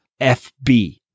FB